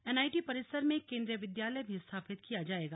NIT परिसर में केन्द्रीय विद्यालय भी स्थापित किया जाएगा